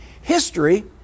history